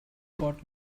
got